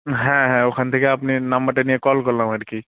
হ্যাঁ হ্যাঁ ওখান থেকে আপনি নাম্বারটা নিয়ে কল করলাম আর কি